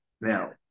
Now